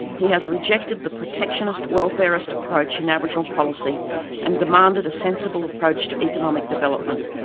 he has rejected the protectionist, welfarist approach in aboriginal policy and demanded a sensible approach to economic development,